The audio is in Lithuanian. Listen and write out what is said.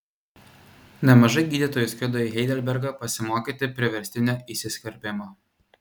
nemažai gydytojų skrido į heidelbergą pasimokyti priverstinio įsiskverbimo